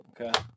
okay